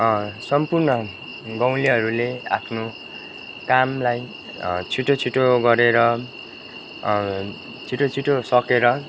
सम्पूर्ण गाउँलेहरूले आफ्नो कामलाई छिटो छिटो गरेर छिटो छिटो सकेर